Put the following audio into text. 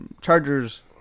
Chargers